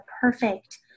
perfect